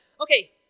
Okay